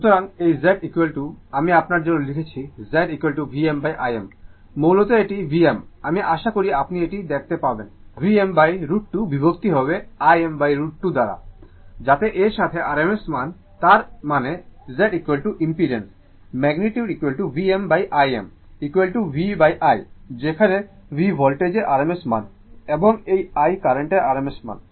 সুতরাং এই Z আমি আপনার জন্য লিখছি Z Vm Im মূলত এটি Vm আমি আশা করি আপনি এটি দেখতে পাবেন Vm √ 2 বিভক্ত হবে Im √ 2 দ্বারা যাতে এর অর্থ RMS মান তার মানে Z impedance magnitude Vm Im V I যেখানে V ভোল্টেজের RMS মান এবং I কারেন্টের RMS মান